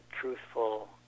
truthful